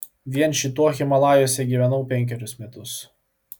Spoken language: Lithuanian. vien šituo himalajuose gyvenau penkerius metus